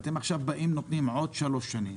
ואתם עכשיו נותנים עוד שלוש שנים